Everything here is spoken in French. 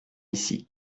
ici